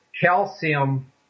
calcium